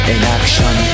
Inaction